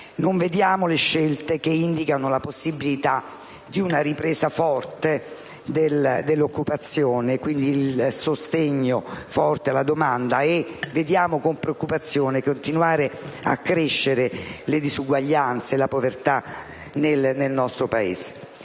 Non vediamo scelte che indichino la possibilità di una ripresa forte dell'occupazione e, quindi, un sostegno forte alla domanda. Vediamo con preoccupazione continuare a crescere le disuguaglianze e la povertà nel nostro Paese.